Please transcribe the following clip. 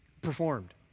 performed